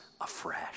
afresh